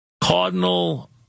Cardinal